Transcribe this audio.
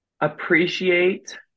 appreciate